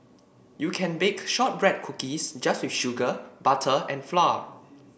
you can bake shortbread cookies just with sugar butter and flour